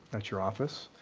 that's your office.